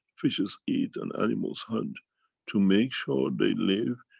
fishes eat and animals hunt to make sure they live,